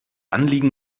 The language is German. anliegen